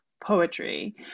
poetry